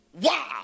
Wow